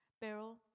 Beryl